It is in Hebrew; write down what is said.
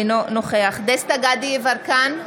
אינו נוכח דסטה גדי יברקן,